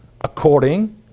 according